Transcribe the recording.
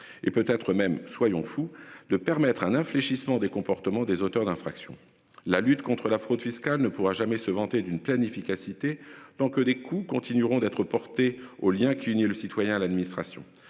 et peut être même, soyons fous, de permettre un infléchissement des comportements des auteurs d'infractions. La lutte contre la fraude fiscale ne pourra jamais se vanter d'une pleine efficacité, donc des coûts continueront d'être portés au lien qui unit le citoyen, l'administration